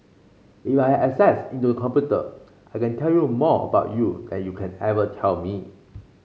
if I had access into your computer I can tell you more about you than you can ever tell me